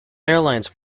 airlines